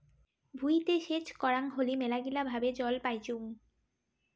ভুঁইতে সেচ করাং হলি মেলাগিলা ভাবে জল পাইচুঙ